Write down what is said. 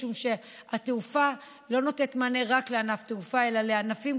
משום שהתעופה נותנת מענה לא רק לענף התעופה אלא לענפים